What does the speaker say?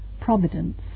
providence